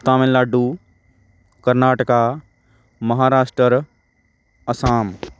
Tamil Nadu Karnataka Maharashtra Assam